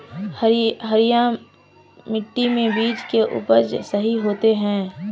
हरिया मिट्टी में बीज के उपज सही होते है?